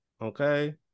Okay